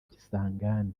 kisangani